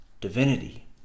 divinity